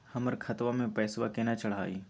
हमर खतवा मे पैसवा केना चढाई?